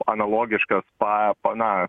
analogiškas pa pa na